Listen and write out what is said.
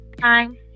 time